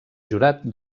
jurat